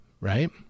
right